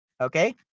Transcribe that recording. Okay